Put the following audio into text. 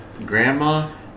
Grandma